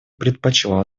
предпочла